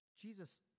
Jesus